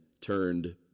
turned